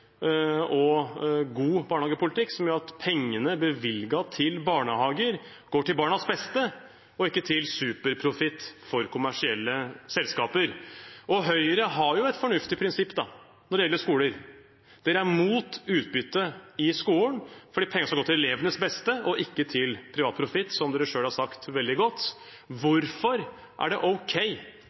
og god barnehagepolitikk som gjør at pengene bevilget til barnehager går til barnas beste og ikke til superprofitt for kommersielle selskaper. Høyre har et fornuftig prinsipp når det gjelder skoler. Dere er mot utbytte i skolen fordi pengene skal gå til elevenes beste og ikke til privat profitt, som dere selv har sagt veldig godt. Hvorfor er det ok